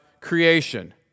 creation